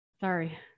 Sorry